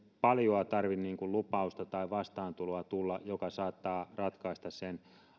paljoa tarvitse tulla lupausta tai vastaantuloa joka saattaa ratkaista sen